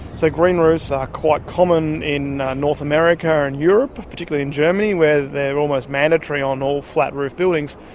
so green roofs are quite common in north america and europe, particularly in germany where they are almost mandatory on all flat-roofed buildings.